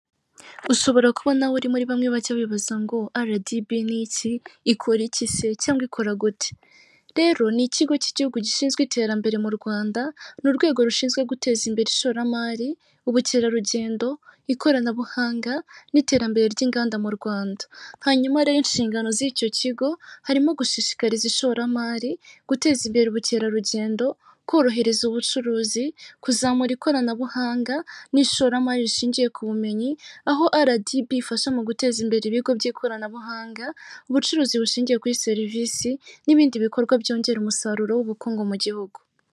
Ushobora kubona uririmo bamwe bake bibaza ngo aradibi ni iki ikora iki se cyangwa ikora gute? Rero ni ikigo cy'igihugu gishinzwe iterambere mu Rwanda, n'urwego rushinzwe guteza imbere ishoramari, ubukerarugendo, ikoranabuhanga n'iterambere ry'inganda mu Rwanda. Hanyuma rero inshingano z'icyo kigo, harimo gushishikariza ishoramari, guteza imbere ubukerarugendo, korohereza ubucuruzi, kuzamura ikoranabuhanga, n'ishoramari rishingiye ku bumenyi, aho aradibi ifasha mu guteza imbere ibigo by'ikoranabuhanga, ubucuruzi bushingiye kuri serivisi, n'ibindi bikorwa byongera umusaruro w'ubukungu mu gihugu.